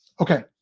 Okay